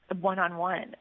one-on-one